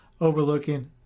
overlooking